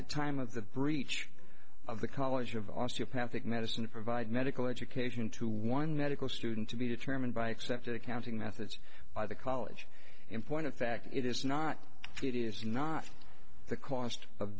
the time of the breach of the college of aussie apathic medicine to provide medical education to one medical student to be determined by accepted accounting methods by the college in point of fact it is not it is not the cost of